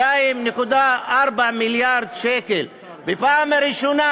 2.4 מיליארד שקל בפעם הראשונה.